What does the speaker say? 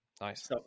Nice